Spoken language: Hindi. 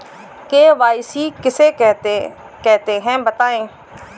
के.वाई.सी किसे कहते हैं बताएँ?